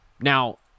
Now